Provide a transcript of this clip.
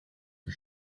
for